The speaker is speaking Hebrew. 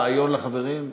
רעיון לחברים?